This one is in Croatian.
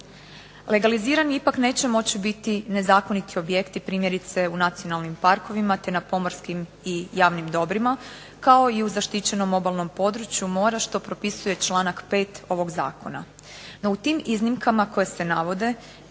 Legalizirani ipak neće moći biti nezakoniti objekti, primjerice u nacionalnim parkovima te na pomorskim i javnim dobrima, kao i u zaštićenom obalnom području mora, što propisuje članak 5. ovog zakona.